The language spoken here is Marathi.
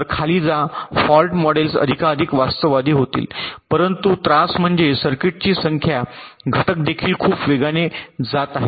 तर खाली जा फॉल्ट मॉडेल्स अधिकाधिक वास्तववादी होतील परंतु त्रास म्हणजे सर्किटची संख्या घटक देखील खूप वेगाने जात आहेत